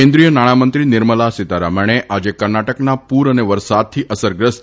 કેન્દ્રિય નાણામંત્રી નિર્મળા સીતારામણે આજે કર્ણાટકના પૂર અને વરસાદથી અસરગ્રસ્ત